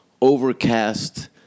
overcast